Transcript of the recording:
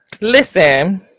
Listen